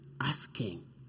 asking